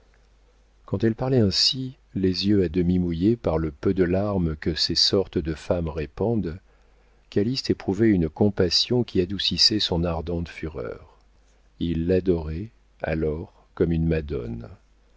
quand elle parlait ainsi les yeux à demi mouillés par le peu de larmes que ces sortes de femmes répandent calyste éprouvait une compassion qui adoucissait son ardente fureur il l'adorait alors comme une madone